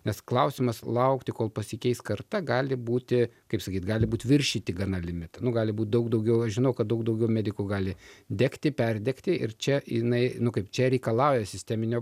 nes klausimas laukti kol pasikeis karta gali būti kaip sakyt gali būti viršyti gana limitą nu gali būti daug daugiau aš žinau kad daug daugiau medikų gali degti perdegti ir čia jinai nu kaip čia reikalauja sisteminio